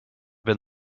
been